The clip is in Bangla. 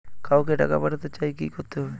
কাউকে টাকা পাঠাতে চাই কি করতে হবে?